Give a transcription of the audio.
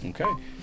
Okay